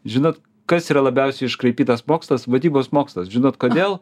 žinot kas yra labiausiai iškraipytas mokslas vadybos mokslas žinot kodėl